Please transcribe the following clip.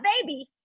baby